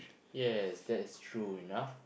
yes that is true enough